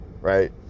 Right